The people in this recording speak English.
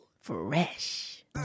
Fresh